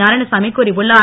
நாராயணசாமி கூறியுள்ளார்